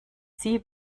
sie